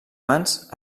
mans